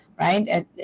Right